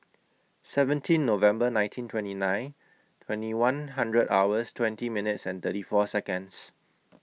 seventeen November nineteen twenty nine twenty one hours twenty minutes thirty four Seconds